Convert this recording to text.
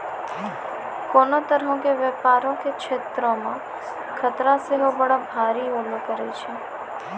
कोनो तरहो के व्यपारो के क्षेत्रो मे खतरा सेहो बड़ा भारी होलो करै छै